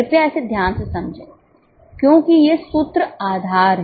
कृपया इसे ध्यान से समझें क्योंकि ये सूत्र आधार हैं